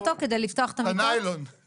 כמו בילינסון,